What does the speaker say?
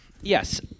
Yes